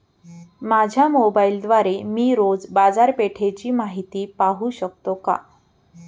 माझ्या मोबाइलद्वारे मी रोज बाजारपेठेची माहिती पाहू शकतो का?